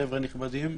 חבר'ה נכבדים,